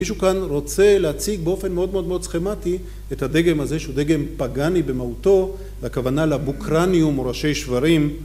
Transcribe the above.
מישהו כאן רוצה להציג באופן מאוד מאוד מאוד סכמטי את הדגם הזה, שהוא דגם פאגני במהותו, והכוונה לבוקרניום או ראשי שוורים